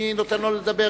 אני נותן לו לדבר.